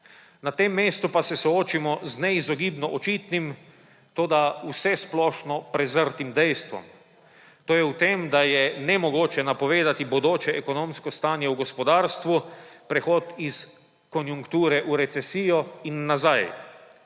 Na tem mestu pa se soočimo z neizogibno očitnim, toda vsesplošno prezrtim dejstvom. To je v tem, da je nemogoče napovedati bodoče ekonomsko stanje v gospodarstvu, prehod iz konjunkture v recesijo in nazaj.